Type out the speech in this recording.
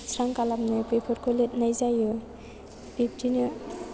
स्रां खालामनो बेफोरखौ लिरनाय जायो बिदिनो